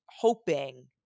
hoping